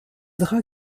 draps